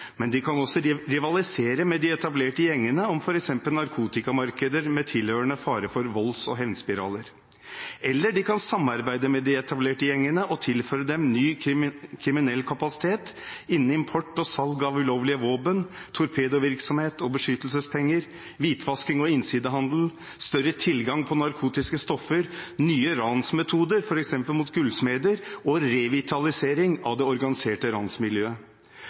men de kan også rivalisere med de etablerte gjengene om f.eks. narkotikamarkeder, med tilhørende fare for volds- og hendelsesspiraler. Eller de kan samarbeide med de etablerte gjengene og tilføre dem ny kriminell kapasitet, innen import og salg av ulovlige våpen, torpedovirksomhet og beskyttelsespenger, hvitvasking og innsidehandel, større tilgang på narkotiske stoffer, nye ransmetoder, f.eks. mot gullsmeder, og revitalisering av det organiserte ransmiljøet.